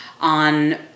on